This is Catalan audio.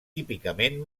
típicament